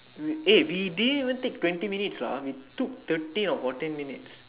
we eh we didn't even take twenty minutes lah we took thirteen or fourteen minutes